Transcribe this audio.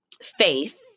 faith